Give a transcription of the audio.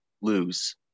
lose